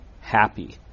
happy